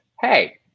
Hey